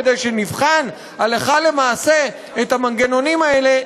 כדי שנבחן הלכה למעשה את המנגנונים האלה,